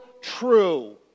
true